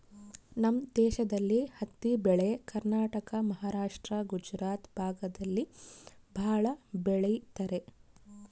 ನಮ್ ದೇಶದಲ್ಲಿ ಹತ್ತಿ ಬೆಳೆ ಕರ್ನಾಟಕ ಮಹಾರಾಷ್ಟ್ರ ಗುಜರಾತ್ ಭಾಗದಲ್ಲಿ ಭಾಳ ಬೆಳಿತರೆ